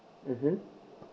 mmhmm